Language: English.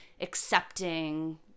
Accepting